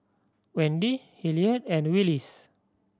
Wendi Hilliard and Willis